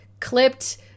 clipped